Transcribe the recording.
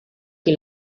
que